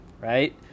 right